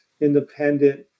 independent